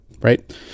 right